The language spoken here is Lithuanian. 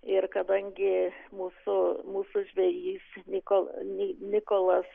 ir kadangi mūsų mūsų žvejys nikolo nikolas